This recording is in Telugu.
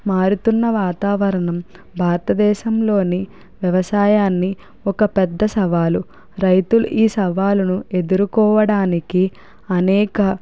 మారుతున్న వాతావరణం భారత దేశంలోని వ్యవసాయాన్ని ఒక పెద్ద సవాలు రైతులు ఈ సవాలను ఎదుర్కోవడానికి అనేక